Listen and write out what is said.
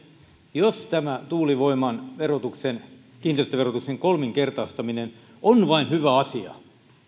jos tämä tuulivoiman kiinteistöverotuksen kolminkertaistaminen on vain hyvä asia